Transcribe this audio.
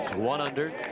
one under.